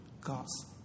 God's